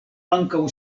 ankaŭ